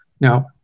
Now